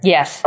Yes